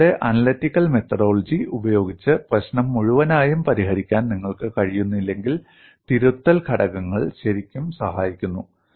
നിങ്ങളുടെ analytical methodology ഉപയോഗിച്ച് പ്രശ്നം മുഴുവനായും പരിഹരിക്കാൻ നിങ്ങൾക്ക് കഴിയുന്നില്ലെങ്കിൽ തിരുത്തൽ ഘടകങ്ങൾ ശരിക്കും സഹായിക്കുന്നു